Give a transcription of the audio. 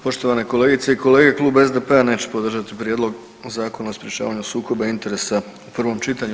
Poštovane kolegice i kolege, Klub SDP-a neće podržati prijedlog Zakona o sprječavanju sukoba interesa u prvom čitanju.